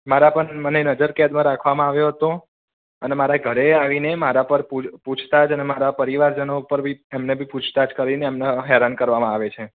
મારા પર મને નજર કેદમાં રાખવામાં આવ્યો હતો અને મારા ઘરે આવીને મારા પર પૂછ પૂછતાછ અને મારા પરિવારજનો ઉપર બી એમને બી પૂછતાછ કરીને એમને હેરાન કરવામાં આવે છે